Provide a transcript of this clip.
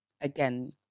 Again